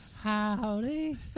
Howdy